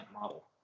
model